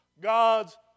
God's